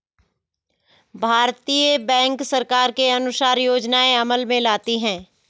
भारतीय बैंक सरकार के अनुसार योजनाएं अमल में लाती है